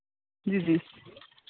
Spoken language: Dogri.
जी जी